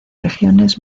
regiones